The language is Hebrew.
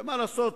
ומה לעשות?